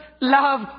love